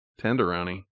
Tenderoni